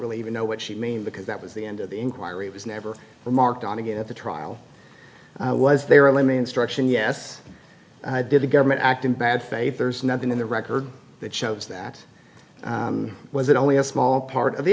really even know what she mean because that was the end of the inquiry was never remarked on again at the trial was there only me instruction yes i did the government act in bad faith there's nothing in the record that shows that was it only a small part of the